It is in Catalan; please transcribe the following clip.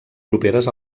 properes